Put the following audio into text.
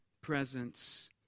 presence